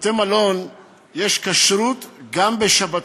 בבתי-מלון יש כשרות גם בשבתות.